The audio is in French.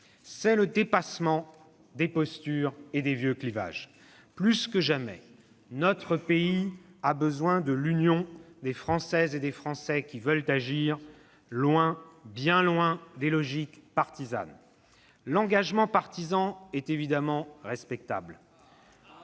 C'est le dépassement des postures et des vieux clivages. Plus que jamais, notre pays a besoin de l'union des Françaises et des Français qui veulent agir, loin, bien loin, des logiques partisanes. L'engagement partisan est évidemment respectable.